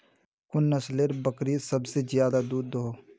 कुन नसलेर बकरी सबसे ज्यादा दूध दो हो?